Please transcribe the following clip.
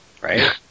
Right